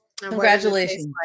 Congratulations